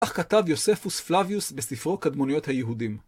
כך כתב יוספוס פלאביוס בספרו "קדמוניות היהודים".